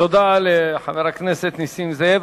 תודה לחבר הכנסת נסים זאב.